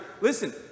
Listen